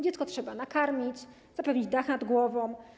Dziecko trzeba nakarmić, zapewnić dach nad głową.